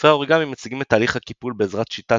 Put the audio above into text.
ספרי האוריגמי מציגים את תהליך הקיפול בעזרת שיטת